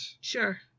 Sure